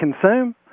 consume